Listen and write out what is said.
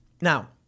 Now